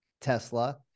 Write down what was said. tesla